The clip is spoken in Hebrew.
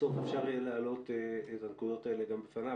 בסוף אפשר יהיה להעלות את הנקודות האלה גם בפניו.